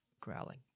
growling